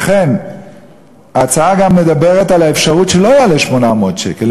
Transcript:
לכן ההצעה גם מדברת על האפשרות שזה לא יעלה 800 שקל,